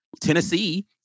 Tennessee